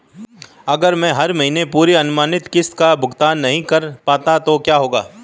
अगर मैं हर महीने पूरी अनुमानित किश्त का भुगतान नहीं कर पाता तो क्या होगा?